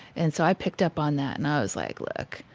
and so i picked up on that and i was like, look,